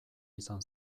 izan